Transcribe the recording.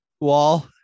wall